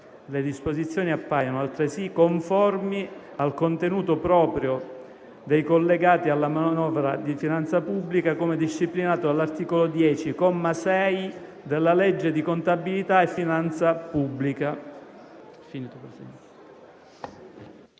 Le disposizioni appaiono, altresì, conformi al contenuto proprio dei collegati alla manovra di finanza pubblica, come disciplinato dall'articolo 10, comma 6, della legge di contabilità e finanza pubblica».